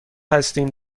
هستیم